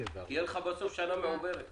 תהיה לך בסוף שנה מעוברת.